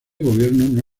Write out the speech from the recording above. gobierno